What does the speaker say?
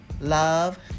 love